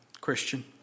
Christian